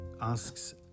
asks